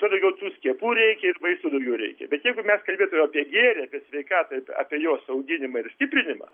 tuo daugiau tų skiepų reikia ir vaistų daugiau reikia bet jeigu mes kalbėtumėm apie gėrį apie sveikatą jos auginimą ir stiprinimą